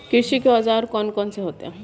कृषि के औजार कौन कौन से होते हैं?